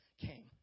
came